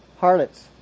Harlots